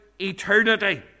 eternity